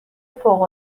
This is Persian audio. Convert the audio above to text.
فوق